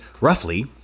roughly